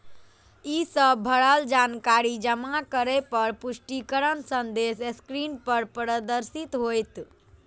ई सब भरल जानकारी जमा करै पर पुष्टिकरण संदेश स्क्रीन पर प्रदर्शित होयत